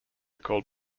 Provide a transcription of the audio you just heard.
called